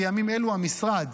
בימים אלו המשרד,